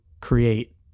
create